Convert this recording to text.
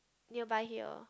nearby here